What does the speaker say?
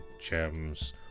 gems